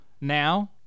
now